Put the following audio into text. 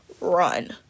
run